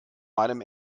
meinem